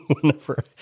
whenever